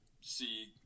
see